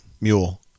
mule